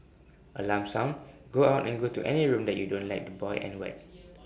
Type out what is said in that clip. alarm sound go out and go to any room that you don't like the boy and whacked